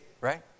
right